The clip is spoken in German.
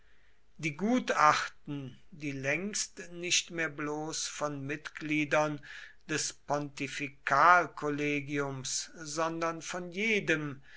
die gutachten die längst nicht mehr bloß von mitgliedern des pontifikalkollegiums sondern von jedem